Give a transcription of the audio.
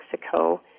Mexico